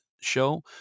show